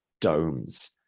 domes